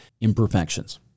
imperfections